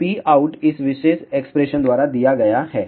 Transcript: तो P out इस विशेष एक्सप्रेशन द्वारा दिया गया है